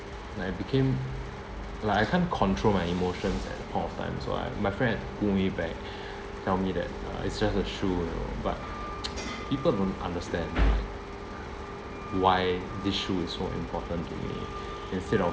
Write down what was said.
and I became like I can't control my emotions at that point of time so I my friend had to pull me back tell me that uh it's just a shoe you know but people don't understand like why this shoe is so important to me instead of